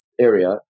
area